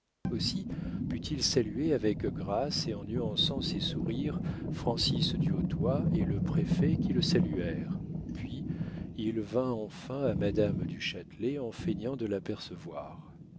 aussi put-il saluer avec grâce et en nuançant ses sourires francis du hautoy et le préfet qui le saluèrent puis il vint enfin à madame du châtelet en feignant de